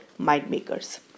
Mindmakers